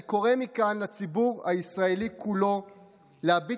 אני קורא מכאן לציבור הישראלי כולו להביט